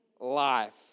life